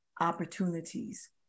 opportunities